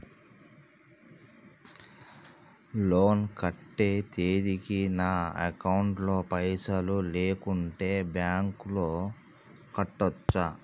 Loan కట్టే తేదీకి నా అకౌంట్ లో పైసలు లేకుంటే బ్యాంకులో కట్టచ్చా?